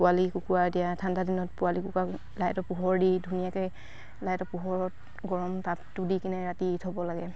পোৱালি কুকুৰা দিয়া ঠাণ্ডা দিনত পোৱালি কুকুৰা লাইটৰ পোহৰ দি ধুনীয়াকে লাইটৰ পোহৰত গৰম তাপটো দি কিনে ৰাতি থ'ব লাগে